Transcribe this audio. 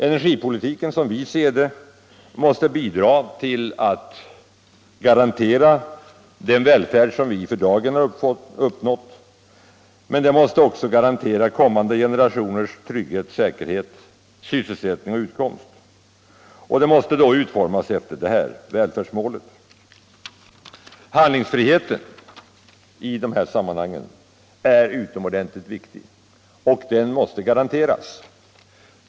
Energipolitiken måste, som vi ser det, bidra till att garantera den välfärd som vårt samhälle för dagen har uppnått men också kommande generationers trygghet, säkerhet, sysselsättning och utkomst. Den måste då utformas med tanke på detta välfärdsmål. Handlingsfriheten i dessa sammanhang är utomordentligt viktig, och den måste garanteras.